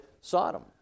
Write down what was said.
Sodom